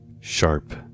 sharp